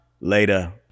Later